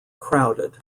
crowded